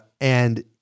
and-